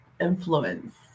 influence